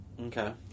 Okay